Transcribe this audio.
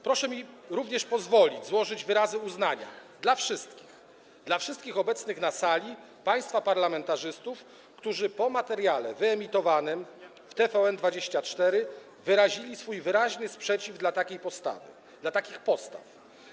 Proszę mi również pozwolić złożyć wyrazy uznania dla wszystkich, dla wszystkich obecnych na sali państwa parlamentarzystów, którzy po materiale wyemitowanym w TVN24 wyrazili swój wyraźny sprzeciw wobec takiej postawy, wobec takich postaw.